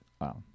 wow